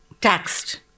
taxed